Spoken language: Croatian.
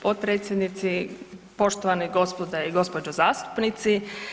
Potpredsjednici, poštovani gospode i gospođo zastupnici.